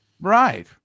right